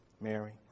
Mary